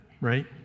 right